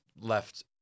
left